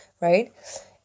right